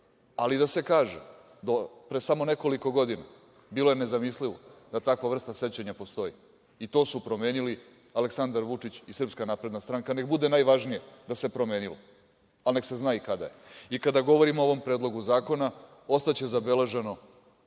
Ali, da se kaže pre samo nekoliko godina bilo je nezamislivo da takva vrsta sećanja postoji. I to su promenili Aleksandar Vučić i SNS. Neka bude najvažnije da se promenilo, ali neka se zna i kada je. Kada govorimo o ovom predlogu zakona ostaće zabeleženo